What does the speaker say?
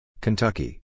Kentucky